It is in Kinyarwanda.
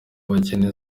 abakene